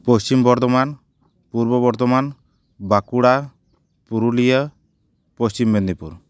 Paschim Bardhaman Purba Bardhaman Bankura Purulia Paschim Medinipur